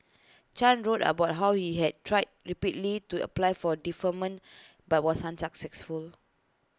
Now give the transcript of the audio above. chan wrote about how he had tried repeatedly to apply for deferment but was unsuccessful